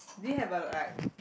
do you have a like